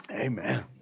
Amen